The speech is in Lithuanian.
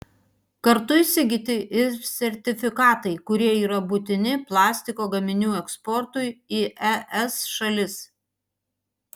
kartu įsigyti ir sertifikatai kurie yra būtini plastiko gaminių eksportui į es šalis